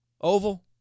Oval